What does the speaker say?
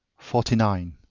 forty nine.